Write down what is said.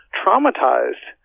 traumatized